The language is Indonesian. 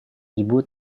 ibu